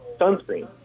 sunscreen